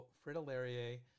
fritillaria